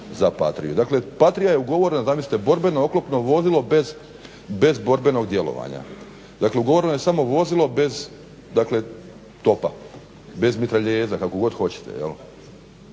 za Patriju. Dakle Patrija je ugovorena zamislite borbeno oklopno vozilo bez borbenog djelovanja. Dakle ugovoreno je samo vozilo bez topa bez mitraljeza kako god hoćete.